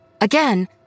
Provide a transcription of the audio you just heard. Again